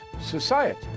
society